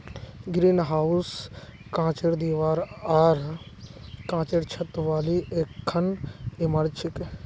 greenhouse कांचेर दीवार आर कांचेर छत वाली एकखन इमारत छिके